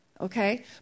Okay